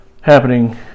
happening